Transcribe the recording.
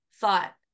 thought